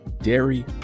dairy